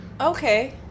okay